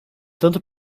tanto